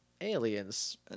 aliens